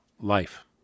life